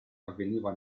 avveniva